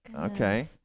Okay